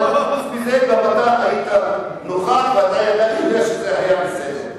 אבל חוץ מזה, היית נוכח, ואתה יודע שזה היה בסדר.